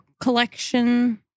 collection